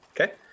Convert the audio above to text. Okay